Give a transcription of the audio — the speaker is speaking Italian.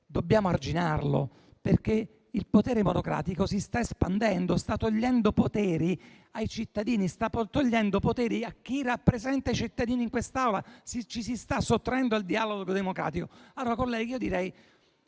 dobbiamo arginarlo; perché il potere monocratico si sta espandendo, sta togliendo potere ai cittadini, sta togliendo potere a chi rappresenta i cittadini in quest'Aula. Ci si sta sottraendo al dialogo democratico. Colleghi, propongo